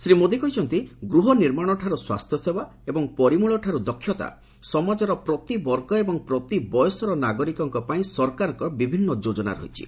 ଶ୍ରୀ ମୋଦି କହିଛନ୍ତି ଗୃହ ନିର୍ମାଣଠାରୁ ସ୍ୱାସ୍ଥ୍ୟସେବା ଏବଂ ପରିମଳଠାରୁ ଦକ୍ଷତା ସମାଜର ପ୍ରତି ବର୍ଗ ଏବଂ ପ୍ରତି ବୟସର ନାଗରିକଙ୍କ ପାଇଁ ସରକାରଙ୍କର ଯୋଜନା ରହିଛି